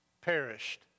perished